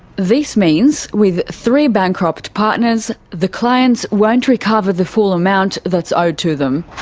this means with three bankrupt partners, the clients won't recover the full amount that's owed to them,